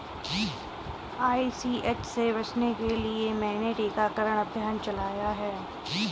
ICH से बचने के लिए मैंने टीकाकरण अभियान चलाया है